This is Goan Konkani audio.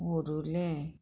ओरुलें